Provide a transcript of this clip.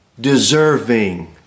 deserving